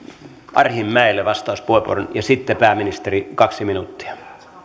arhinmäelle vastauspuheenvuoron ja sitten pääministeri kaksi minuuttia